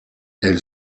elle